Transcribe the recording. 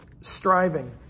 striving